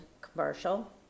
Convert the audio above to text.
commercial